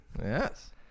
Yes